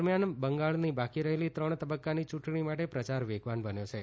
દરમિયાન બંગાળની બાકી રહેલી ત્રણ તબક્કાની ચૂંટણી માટે પ્રચાર વેગવાન બન્યો છે